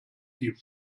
die